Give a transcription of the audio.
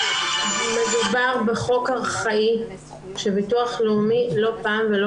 מדובר בחוק ארכאי שביטוח לאומי לא פעם ולא